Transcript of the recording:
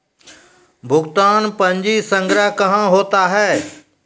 भुगतान पंजी संग्रह कहां होता हैं?